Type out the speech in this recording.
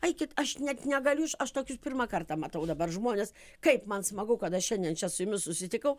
eikit aš net negaliu aš tokius pirmą kartą matau dabar žmones kaip man smagu kad aš šiandien čia su jumis susitikau